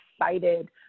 excited